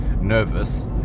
nervous